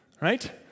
right